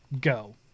go